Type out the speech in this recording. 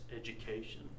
education